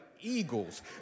eagles